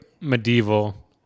medieval